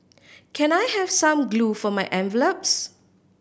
can I have some glue for my envelopes